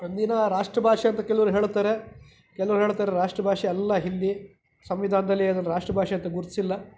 ಹಿಂದೀನ ರಾಷ್ಟ್ರ ಭಾಷೆ ಅಂತ ಕೆಲವ್ರು ಹೇಳ್ತಾರೆ ಕೆಲವ್ರು ಹೇಳ್ತಾರೆ ರಾಷ್ಟ್ರ ಭಾಷೆ ಅಲ್ಲ ಹಿಂದಿ ಸಂವಿಧಾನದಲ್ಲಿ ಅದನ್ನು ರಾಷ್ಟ್ರಭಾಷೆ ಅಂತ ಗುರ್ತಿಸಿಲ್ಲ